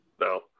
no